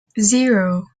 zero